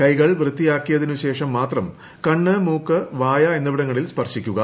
കൈകൾ വൃത്തിയാക്കിയതിനു ശേഷം മാത്രം കണ്ണ് മൂക്ക് വായ എന്നിവിടങ്ങളിൽ സ്പർശിക്കുക